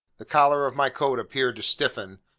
the collar of my coat appeared to stiffen,